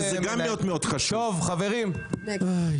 חברים,